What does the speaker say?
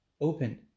opened